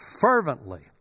fervently